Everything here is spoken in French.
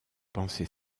pensée